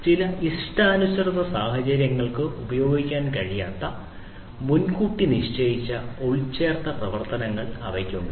ചില ഇച്ഛാനുസൃത സാഹചര്യങ്ങൾക്ക് ഉപയോഗിക്കാൻ കഴിയാത്ത മുൻകൂട്ടി നിശ്ചയിച്ച ഉൾച്ചേർത്ത പ്രവർത്തനങ്ങൾ അവയ്ക്ക് ഉണ്ട്